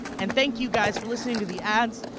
and thank you guys for listening to the ads,